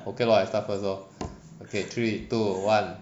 okay lor I start first lor okay three two one